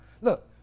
Look